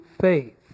faith